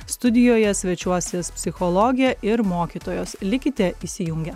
studijoje svečiuosis psichologė ir mokytojos likite įsijungę